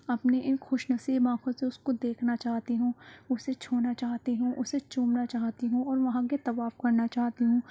اپنی اِن خوش نصیب آنکھوں سے اُس کو دیکھنا چاہتی ہوں اُسے چھونا چاہتی ہوں اُسے چومنا چاہتی ہوں اور وہاں کے طواف کرنا چاہتی ہوں